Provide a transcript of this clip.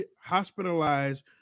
hospitalized